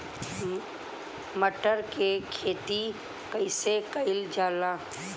मटर के खेती कइसे कइल जाला?